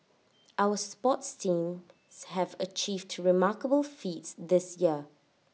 our sports teams have achieved to remarkable feats this year